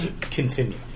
continue